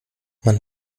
man